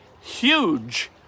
huge